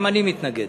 גם אני מתנגד.